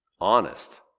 honest